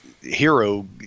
hero